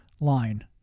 Line